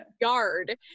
yard